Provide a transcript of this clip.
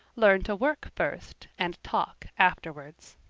learn to work first and talk afterwards.